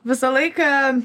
visą laiką